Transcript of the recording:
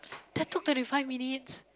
that took thirty five minutes